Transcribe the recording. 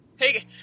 Hey